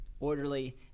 orderly